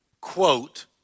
quote